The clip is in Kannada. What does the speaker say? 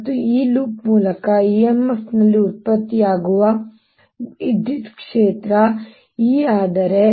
ಮತ್ತು ಈ ಲೂಪ್ ಮೂಲಕ EMF ಇಲ್ಲಿ ಉತ್ಪತ್ತಿಯಾಗುವ ವಿದ್ಯುತ್ ಕ್ಷೇತ್ರ E ಆದರೆ